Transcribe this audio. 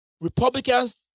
Republicans